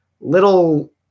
little